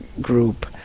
group